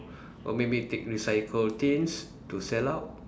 or maybe take recycle tins to sell out